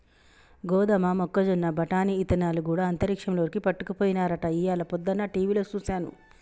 గోదమ మొక్కజొన్న బఠానీ ఇత్తనాలు గూడా అంతరిక్షంలోకి పట్టుకపోయినారట ఇయ్యాల పొద్దన టీవిలో సూసాను